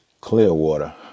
Clearwater